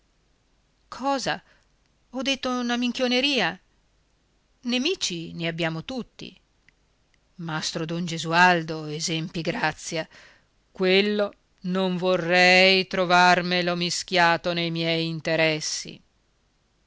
cosa ho detto una minchioneria nemici ne abbiamo tutti mastro don gesualdo esempigrazia quello non vorrei trovarmelo mischiato nei miei interessi